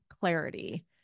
clarity